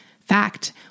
fact